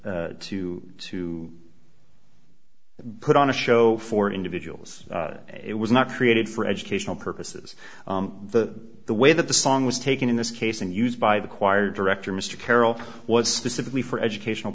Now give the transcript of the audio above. o to it put on a show for individuals it was not created for educational purposes the way that the song was taken in this case and used by the choir director mr carroll was specifically for educational